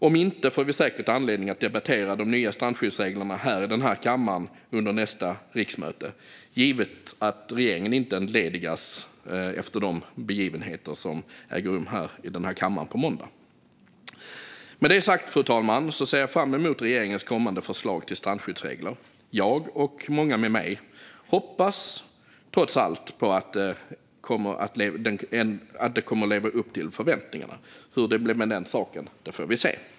Om inte får vi säkert anledning att debattera de nya strandskyddsreglerna här i denna kammare under nästa riksmöte, givet att regeringen inte entledigas efter de begivenheter som äger rum här i kammaren på måndag. Med det sagt, fru talman, ser jag fram emot regeringens kommande förslag till strandskyddsregler. Jag, och många med mig, hoppas trots allt på att det kommer att leva upp till förväntningarna. Hur det blir med den saken får vi se.